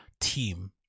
team